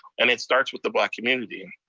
and it starts with the black community,